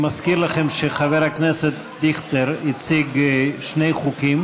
שחבר הכנסת דיכטר הציג שני חוקים.